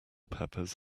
peppers